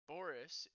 Boris